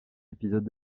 épisode